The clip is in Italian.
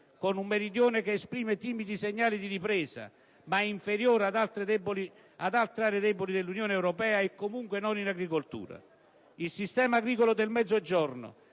con un Meridione che esprime timidi segnali di ripresa (ma inferiori ad altre aree deboli dell'Unione europea e, comunque, non in agricoltura). Il sistema agricolo del Mezzogiorno